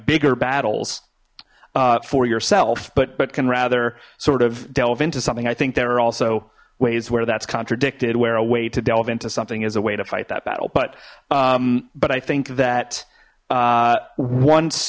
bigger battles for yourself but but can rather sort of delve into something i think there are also ways where that's contradicted where a way to delve into something is a way to fight that battle but but i think that once